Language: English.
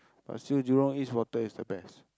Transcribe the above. but still Jurong-East water is the best